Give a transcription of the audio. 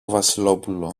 βασιλόπουλο